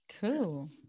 cool